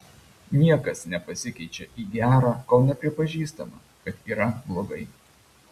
niekas nepasikeičia į gerą kol nepripažįstama kad yra blogai